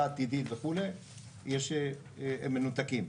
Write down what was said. הם מנותקים.